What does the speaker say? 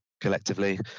collectively